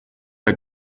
der